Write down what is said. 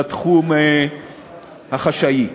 בתחום החשאי.